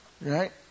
right